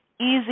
easy